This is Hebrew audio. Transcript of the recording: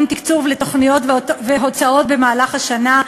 תקצוב לתוכניות והוצאות במהלך השנה,